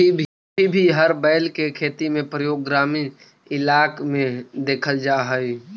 अभी भी हर बैल के खेती में प्रयोग ग्रामीण इलाक में देखल जा हई